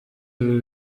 ibi